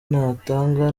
natanga